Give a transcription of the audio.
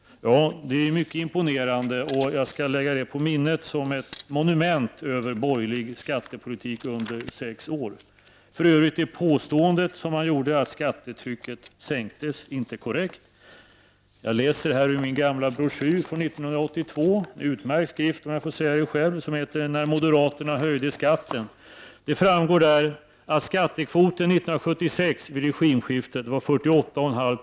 Ja, det är mycket imponerande, och jag skall lägga det på minnet som ett monument över borgerlig skattepolitik under sex år. För övrigt är det påstående som Bo Lundgren gjorde, att skattetrycket sänktes, inte korrekt. Jag läser här ur min gamla broschyr från 1982 — en utmärkt skrift, om jag får säga det själv, som heter När moderaterna höjde skatten. Det framgår där att skattekvoten 1976, vid regimskiftet, var 48,5 96.